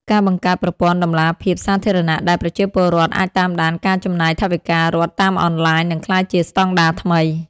ការបង្កើតប្រព័ន្ធតម្លាភាពសាធារណៈដែលប្រជាពលរដ្ឋអាចតាមដានការចំណាយថវិការដ្ឋតាមអនឡាញ នឹងក្លាយជាស្តង់ដារថ្មី។